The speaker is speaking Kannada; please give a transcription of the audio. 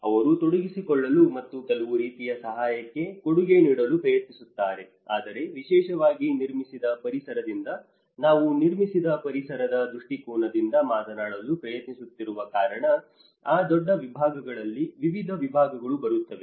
ಅವರು ತೊಡಗಿಸಿಕೊಳ್ಳಲು ಮತ್ತು ಕೆಲವು ರೀತಿಯ ಸಹಾಯಕ್ಕೆ ಕೊಡುಗೆ ನೀಡಲು ಪ್ರಯತ್ನಿಸುತ್ತಾರೆ ಆದರೆ ವಿಶೇಷವಾಗಿ ನಿರ್ಮಿಸಿದ ಪರಿಸರದಿಂದ ನಾವು ನಿರ್ಮಿಸಿದ ಪರಿಸರದ ದೃಷ್ಟಿಕೋನದಿಂದ ಮಾತನಾಡಲು ಪ್ರಯತ್ನಿಸುತ್ತಿರುವ ಕಾರಣ ಆ ದೊಡ್ಡ ವಿಭಾಗಗಳಲ್ಲಿ ವಿವಿಧ ವಿಭಾಗಗಳು ಬರುತ್ತವೆ